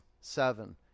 seven